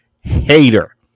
hater